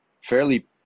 fairly